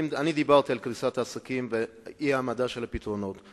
אני דיברתי על קריסת העסקים ואי-העמדה של פתרונות,